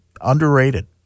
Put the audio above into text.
underrated